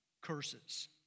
curses